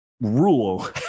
rule